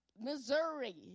Missouri